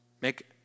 Make